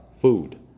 food